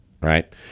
right